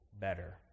better